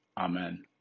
Amen